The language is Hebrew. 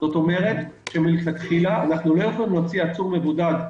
זאת אומרת שמלכתחילה אנחנו לא יכולים להוציא עצור מבודד,